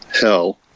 hell